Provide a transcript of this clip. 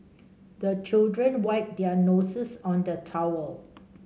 the children wipe their noses on the towel